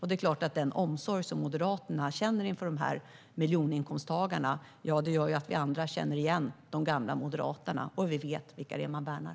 Det är klart att den omsorg som Moderaterna känner för dessa miljoninkomsttagare gör att vi andra känner igen de gamla Moderaterna, och vi vet vilka det är som de värnar.